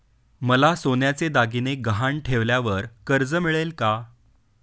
मला सोन्याचे दागिने गहाण ठेवल्यावर कर्ज मिळेल का?